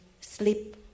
sleep